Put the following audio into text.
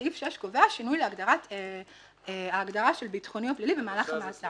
סעיף 6 קובע שינוי ההגדרה של ביטחוני או פלילי במהלך המאסר.